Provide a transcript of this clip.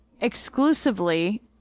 exclusively